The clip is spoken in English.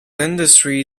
industrial